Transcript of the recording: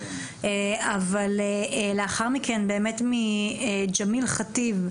אבל לאחר מכן באמת מג'מיל חטיב,